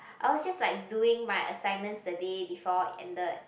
I was just like doing my assignment the day before ended